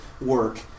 work